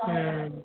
ம்